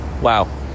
Wow